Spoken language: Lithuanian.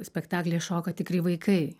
spektaklyje šoka tikri vaikai